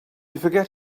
forget